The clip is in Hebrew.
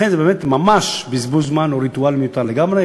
לכן זה באמת ממש בזבוז זמן או ריטואל מיותר לגמרי,